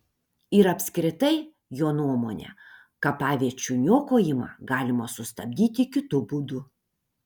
ir apskritai jo nuomone kapaviečių niokojimą galima sustabdyti kitu būdu